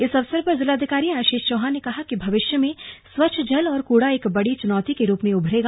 इस अवसर पर जिलाधिकारी आशीष चौहान ने कहा कि भविष्य में स्वच्छ जल और कूड़ा एक बड़ी चुनौती के रूप में उभरेगा